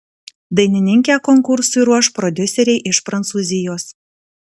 dainininkę konkursui ruoš prodiuseriai iš prancūzijos